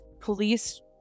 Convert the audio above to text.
police